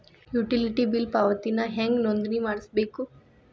Utility bill ಪಾವತಿಗೆ ನಾ ಹೆಂಗ್ ನೋಂದಣಿ ಮಾಡ್ಸಬೇಕು?